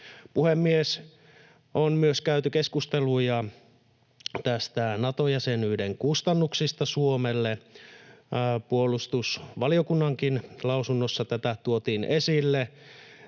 Puhemies! On myös käyty keskusteluja näistä Nato-jäsenyyden kustannuksista Suomelle. Puolustusvaliokunnankin lausunnossa tätä tuotiin esille.